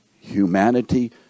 Humanity